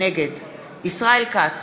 נגד ישראל כץ,